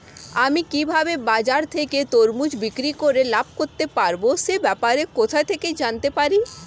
আমি কিভাবে বাজার থেকে তরমুজ বিক্রি করে লাভ করতে পারব সে ব্যাপারে কোথা থেকে জানতে পারি?